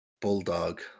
Bulldog